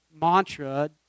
mantra